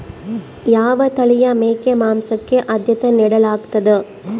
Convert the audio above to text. ಯಾವ ತಳಿಯ ಮೇಕೆ ಮಾಂಸಕ್ಕೆ, ಆದ್ಯತೆ ನೇಡಲಾಗ್ತದ?